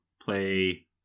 play